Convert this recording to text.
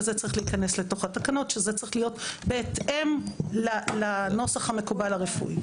וזה צריך להיכנס לתוך התקנות שזה צריך להיות בהתאם לנוסח המקובל הרפואי.